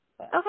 okay